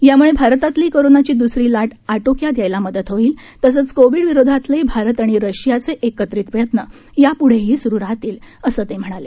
याम्ळे भारतातली कोरोनाची द्सरी लाट आटोक्यात यायला मदत होईल तसंच कोविड विरोधातले भारत आणि रशियाचे एकत्रित प्रयत्न यापुढेही सुरु राहतील असं ते म्हणाले